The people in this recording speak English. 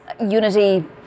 unity